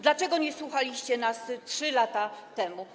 Dlaczego nie słuchaliście nas 3 lata temu?